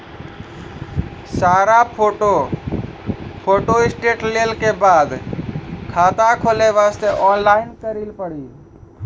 सारा photo photostat लेल के बाद खाता खोले वास्ते ऑनलाइन करिल पड़ी?